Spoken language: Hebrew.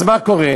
אז מה קורה?